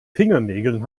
fingernägeln